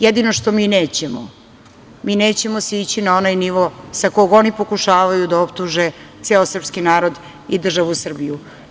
Jedino što mi nećemo, mi nećemo sići na onaj nivo sa kog oni pokušavaju da optuže ceo srpski narod i državu Srbiju.